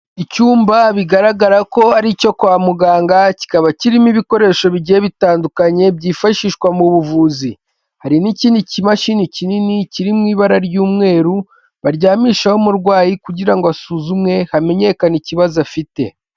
Icyumba bigaragara ko ari icyo kwa muganga, kikaba kirimo ibikoresho bigiye bitandukanye, byifashishwa mu buvuzi, hari n'ikindi kimashini kinini kiri mu ibara ry'umweru, baryamishaho umurwayi kugira ngo asuzumwe hamenyekane ikibazo afite.